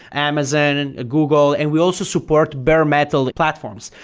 amazon, and google, and we also support bare metal platforms.